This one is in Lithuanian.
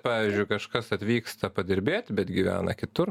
pavyzdžiui kažkas atvyksta padirbėt bet gyvena kitur